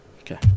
Okay